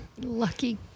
Lucky